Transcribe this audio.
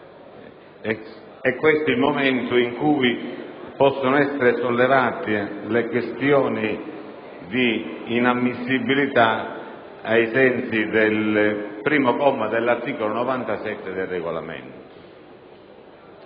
questo è il momento in cui possono essere sollevate le questioni di inammissibilità, ai sensi del comma 1 dell'articolo 97 del Regolamento.